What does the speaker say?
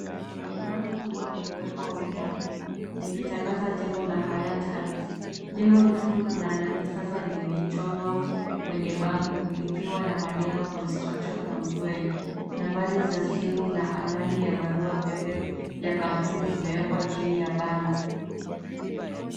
Bango kubwa limwekwa wima likitangaza jengo la Hayat Heights. Jengo refu na la kisasa limechorwa kwenye bango likiwa na maneno construction ongoing , Nambari za simu na anwani ya barua pepe ya kampuni zimewekwa chini ya bango.